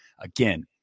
again